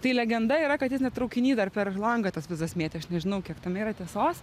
tai legenda yra kad jis ne traukiny dar per langą tas vizas mėtė aš nežinau kiek tame yra tiesos